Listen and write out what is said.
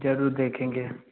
जरूर देखेंगे